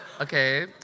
Okay